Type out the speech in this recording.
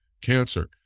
cancer